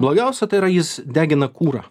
blogiausia tai yra jis degina kurą